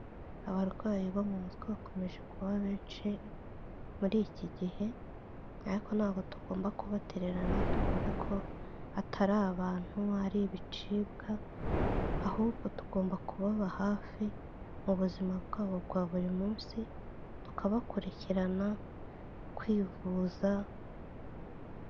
Abarwayi bo mu mutwe hakomeje kuba benshi muri iki gihe, ariko ntabwo tugomba kubatererana ngotwumve ko atari abantu ari ibicibwa ahubwo tugomba kubaba hafi mu buzima bwabo bwa buri munsi, tukabakurikirana kwivuza.